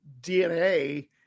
DNA